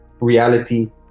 reality